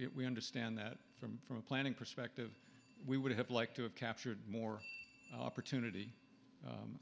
it we understand that from a planning perspective we would have liked to have captured more opportunity